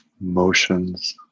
motions